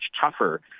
tougher